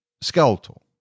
skeletal